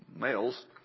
males